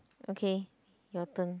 okay your turn